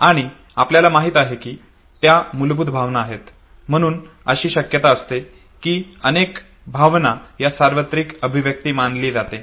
आणि आपल्याला माहित आहे की त्या मुलभूत भावना आहेत म्हणून अशी शक्यता असते कि अनेक भावना या सार्वत्रिक अभिव्यक्ती मानली जाते